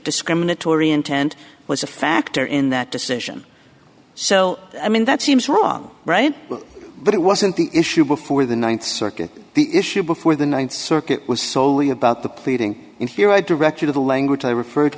discriminatory intent was a factor in that decision so i mean that seems wrong right but it wasn't the issue before the th circuit the issue before the th circuit was soley about the pleading and here i direct you to the language i refer